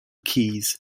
keys